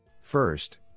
first